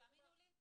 -- תאמינו לי,